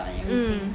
嗯